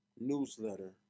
newsletter